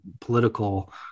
political